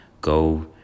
go